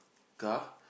car